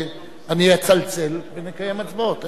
אני אצלצל ונקיים הצבעות.